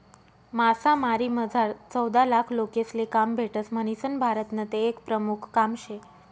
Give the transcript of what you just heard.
मासामारीमझार चौदालाख लोकेसले काम भेटस म्हणीसन भारतनं ते एक प्रमुख काम शे